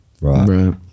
Right